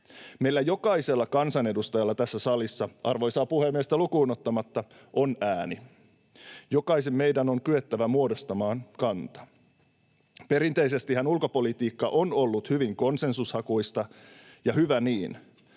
Meillä jokaisella kansanedustajalla tässä salissa, arvoisaa puhemiestä lukuun ottamatta, on ääni. Jokaisen meidän on kyettävä muodostamaan kanta. Perinteisestihän ulkopolitiikka on ollut hyvin konsensushakuista, ja hyvä niin,